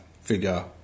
figure